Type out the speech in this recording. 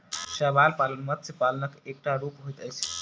शैवाल पालन मत्स्य पालनक एकटा रूप होइत अछि